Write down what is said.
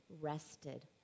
rested